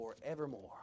forevermore